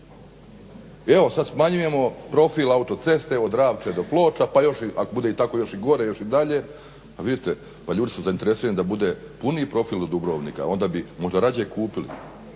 evo sad smanjujemo profil autoceste od Ravče do Ploča pa još i ako bude tako još i gore još i dalje. Pa vidite pa ljudi su zainteresirani da bude puni profil do Dubrovnika onda bi možda radije kupili,